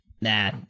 nah